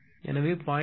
எனவே 0